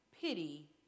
pity